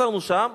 עצרנו שם,